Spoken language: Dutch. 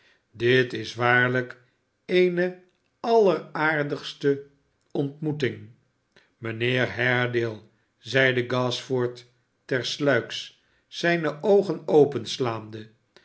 dit is waarlijk eene alleraardigste ontmoeting mijnheer haredale zeide gashford tersluiks zijne oogen opslaande